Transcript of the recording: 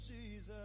Jesus